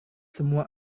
semua